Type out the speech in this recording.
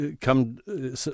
come